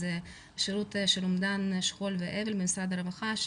זה שירות של אומדן שכול ואבל במשרד הרווחה.